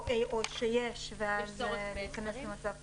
או שיש, ואז צריך להיכנס למצב חירום.